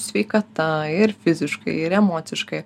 sveikata ir fiziškai ir emociškai